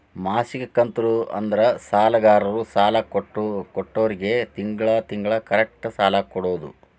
ಮಾಸಿಕ ಕಂತು ಅಂದ್ರ ಸಾಲಗಾರರು ಸಾಲ ಕೊಟ್ಟೋರ್ಗಿ ತಿಂಗಳ ತಿಂಗಳ ಕರೆಕ್ಟ್ ಸಾಲ ಕೊಡೋದ್